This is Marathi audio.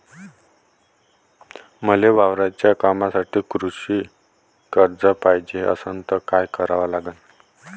मले वावराच्या कामासाठी कृषी कर्ज पायजे असनं त काय कराव लागन?